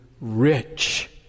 rich